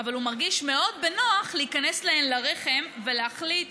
אבל הוא מרגיש מאוד בנוח להיכנס להן לרחם ולהחליט